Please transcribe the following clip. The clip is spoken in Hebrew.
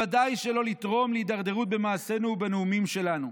וודאי שלא לתרום להידרדרות במעשינו ובנאומים שלנו.